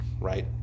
right